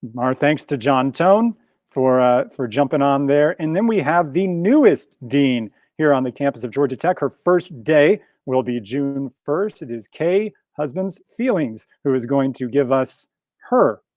my thanks to john tone for ah for jumping on there. and then we have the newest dean here on the campus of georgia tech. her first day will be june first, it is kaye husbands fealing. who is going to give us her,